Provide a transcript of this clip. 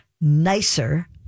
nicer